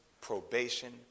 probation